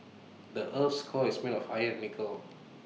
the Earth's core is made of iron and nickel